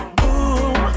boom